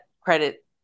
credit